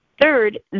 Third